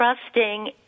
trusting